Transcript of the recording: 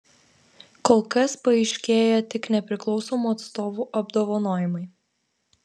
kol kas paaiškėję tik nepriklausomų atstovų apdovanojimai